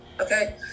okay